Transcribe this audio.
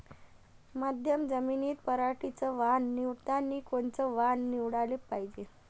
मध्यम जमीनीत पराटीचं वान निवडतानी कोनचं वान निवडाले पायजे?